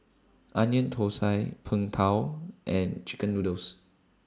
Onion Thosai Png Tao and Chicken Noodles